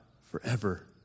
forever